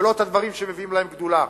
ולא את הדברים שמביאים להם גדולה.